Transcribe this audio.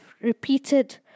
repeated